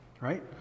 right